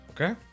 Okay